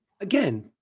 again